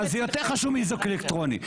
אבל זה יותר חשוב מאיזוק אלקטרוני.